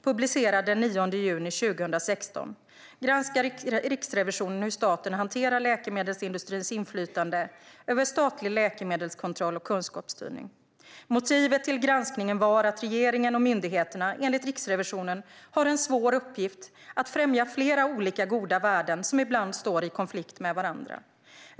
, publicerad den 9 juni 2016, granskar Riksrevisionen hur staten hanterar läkemedelsindustrins inflytande över statlig läkemedelskontroll och kunskapsstyrning. Motivet till granskningen var att regeringen och myndigheterna, enligt Riksrevisionen, har en svår uppgift att främja flera olika goda värden som ibland står i konflikt med varandra.